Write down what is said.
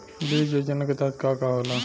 बीज योजना के तहत का का होला?